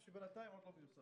זה בינתיים עוד לא מיושם.